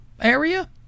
area